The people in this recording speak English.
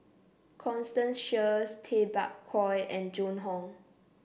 Constance Sheares Tay Bak Koi and Joan Hon